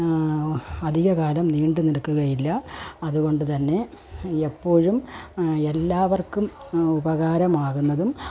അധികകാലം നീണ്ടുനിൽക്കുകയില്ല അതുകൊണ്ടുതന്നെ എപ്പോഴും എല്ലാവർക്കും ഉപകാരമാകുന്നതും